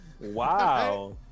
Wow